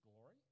glory